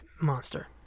monster